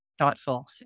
Thoughtful